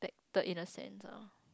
third in the Sanza